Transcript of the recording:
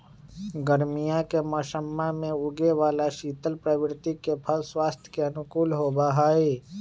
गर्मीया के मौसम्मा में उगे वाला शीतल प्रवृत्ति के फल स्वास्थ्य के अनुकूल होबा हई